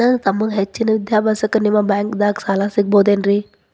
ನನ್ನ ತಮ್ಮಗ ಹೆಚ್ಚಿನ ವಿದ್ಯಾಭ್ಯಾಸಕ್ಕ ನಿಮ್ಮ ಬ್ಯಾಂಕ್ ದಾಗ ಸಾಲ ಸಿಗಬಹುದೇನ್ರಿ?